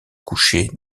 couchés